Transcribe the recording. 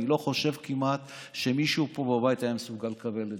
אני לא חושב כמעט שמישהו פה בבית היה מסוגל לקבל אותן.